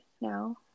now